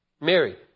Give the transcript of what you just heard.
Mary